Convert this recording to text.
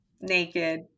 naked